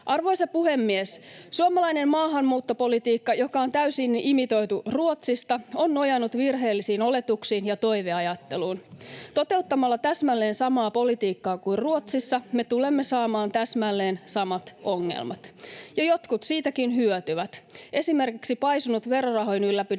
Arvoisa puhemies! Suomalainen maahanmuuttopolitiikka, joka on täysin imitoitu Ruotsista, on nojannut virheellisiin oletuksiin ja toiveajatteluun. Toteuttamalla täsmälleen samaa politiikkaa kuin Ruotsissa me tulemme saamaan täsmälleen samat ongelmat. Ja jotkut siitäkin hyötyvät: esimerkiksi paisunut verorahoin ylläpidettävä